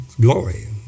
glory